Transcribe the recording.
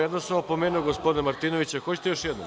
Jednom sam opomenuo gospodina Martinovića, hoćete još jednom?